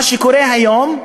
מה שקורה היום,